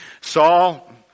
Saul